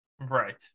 right